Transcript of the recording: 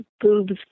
Boobs